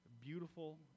beautiful